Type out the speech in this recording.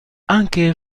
anche